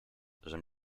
żem